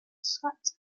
scots